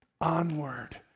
onward